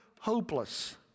hopeless